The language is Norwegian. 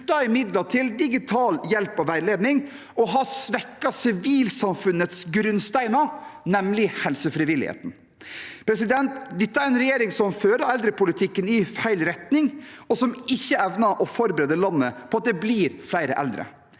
i midlene til digital hjelp og veiledning, og har svekket en av sivilsamfunnets grunnsteiner, nemlig helsefrivilligheten. Dette er en regjering som fører eldrepolitikken i feil retning, og som ikke evner å forberede landet på at det blir flere eldre.